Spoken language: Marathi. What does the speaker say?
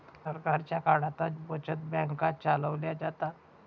सरकारच्या काळातच बचत बँका चालवल्या जातात